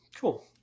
cool